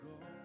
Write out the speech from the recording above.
go